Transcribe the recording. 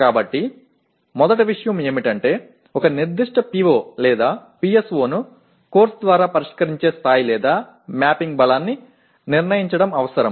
కాబట్టి మొదటి విషయం ఏమిటంటే ఒక నిర్దిష్ట PO లేదా PSO ను కోర్సు ద్వారా పరిష్కరించే స్థాయి లేదా మ్యాపింగ్ బలాన్ని నిర్ణయించడం అవసరం